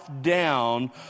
down